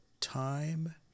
time